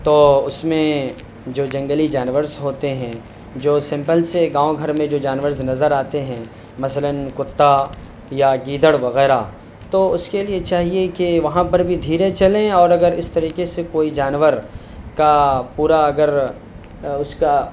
تو اس میں جو جنگلی جانور ہوتے ہیں جو سیمپل سے گاؤں گھر میں جو جانور نظر آتے ہیں مثلاً کتا یا گیدڑ وغیرہ تو اس کے لیے چاہیے کہ وہاں پر بھی دھیرے چلیں اور اگر اس طریقے سے کوئی جانور کا پورا اگر اس کا